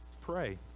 pray